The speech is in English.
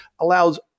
allows